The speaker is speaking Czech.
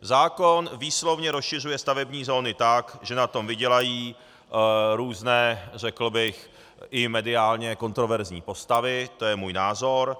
Zákon výslovně rozšiřuje stavební zóny tak, že na tom vydělají různé, řekl bych, i mediálně kontroverzní postavy, to je můj názor.